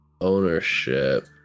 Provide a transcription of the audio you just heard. ownership